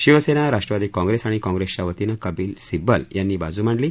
Shiv Sena Rashtrawadi Congress आणि काँप्रेसच्या वतीनं कपिल सिब्बल यांनी बाजू मांडली